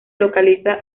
localiza